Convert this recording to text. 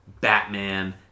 Batman